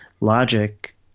logic